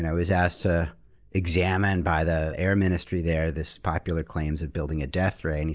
and was asked to examine by the air ministry there this popular claims of building a death ray, and